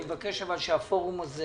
אני מבקש שהפורום הזה,